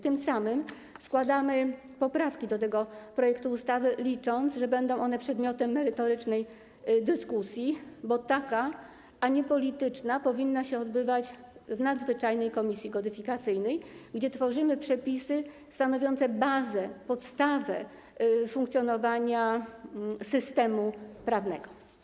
Tym samym składamy poprawki do tego projektu ustawy, licząc, że będą one przedmiotem merytorycznej dyskusji - bo taka dyskusja, a nie polityczna, powinna się odbywać w nadzwyczajnej komisji kodyfikacyjnej, gdzie tworzymy przepisy stanowiące bazę, podstawę funkcjonowania systemu prawnego.